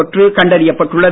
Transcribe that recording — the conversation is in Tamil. தொற்று கண்டறியப் பட்டுள்ளது